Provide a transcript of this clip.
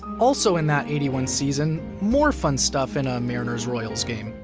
also in that eighty one season, more fun stuff in a mariners-royals game.